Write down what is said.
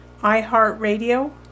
iHeartRadio